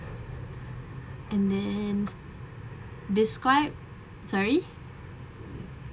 and then describe sorry